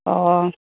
অ